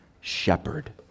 shepherd